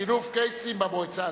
שילוב קייסים במועצה הדתית).